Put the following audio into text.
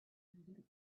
looked